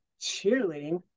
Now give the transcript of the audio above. cheerleading